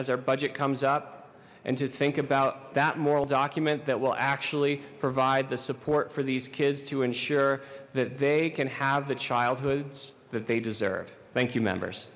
our budget comes up and to think about that moral document that will actually provide the support for these kids to ensure that they can have the childhoods that they deserve thank you members